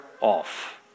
off